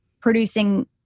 producing